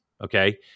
Okay